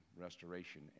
restoration